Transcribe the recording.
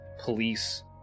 police